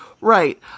Right